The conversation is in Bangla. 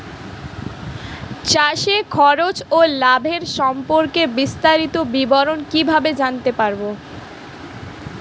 চাষে খরচ ও লাভের সম্পর্কে বিস্তারিত বিবরণ কিভাবে জানতে পারব?